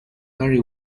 harry